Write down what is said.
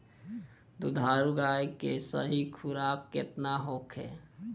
दुधारू गाय के सही खुराक केतना होखे?